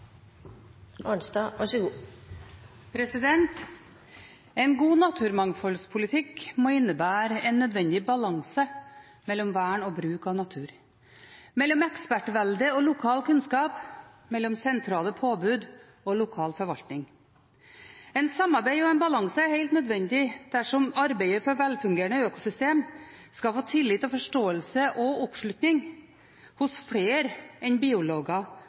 bruk av naturen, mellom ekspertvelde og lokal kunnskap, mellom sentrale påbud og lokal forvaltning. Et samarbeid og en balanse er helt nødvendig dersom arbeidet for velfungerende økosystem skal få tillit og forståelse og oppslutning hos flere enn